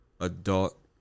Adult